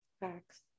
Facts